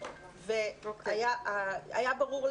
היה ברור,